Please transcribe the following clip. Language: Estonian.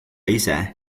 ise